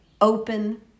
open